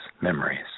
memories